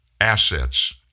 assets